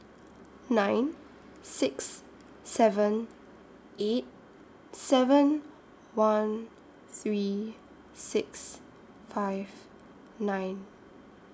nine six seven eight seven one three six five nine